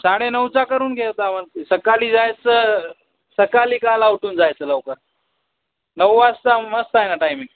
साडे नऊचा करून घे होता म सकाळी जायचं सकाळी काला उठून जायचं लवकर नऊ वाजता मस्त आहे ना टायमिंग